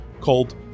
called